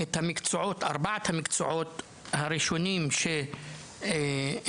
את ארבעת המקצועות הראשונים שהעברנו,